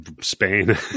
Spain